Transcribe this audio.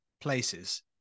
places